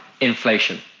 inflation